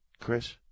Chris